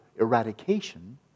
eradication